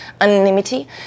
anonymity